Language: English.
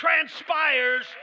transpires